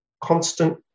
constant